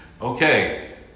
Okay